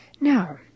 Now